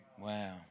Wow